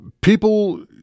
people